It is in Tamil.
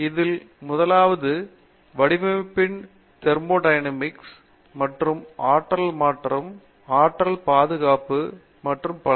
இதில் முதலாவது வடிவமைப்பின் தெர்மோடையனமிக்ஸ் மற்றும் ஆற்றல் மாற்றம் ஆற்றல் பாதுகாப்பு மற்றும் பல